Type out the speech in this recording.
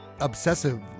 obsessive